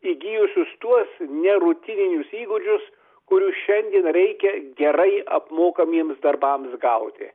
įgijusius tuos nerutininius įgūdžius kurių šiandien reikia gerai apmokamiems darbams gauti